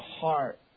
heart